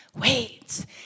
wait